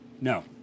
no